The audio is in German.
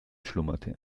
schlummerte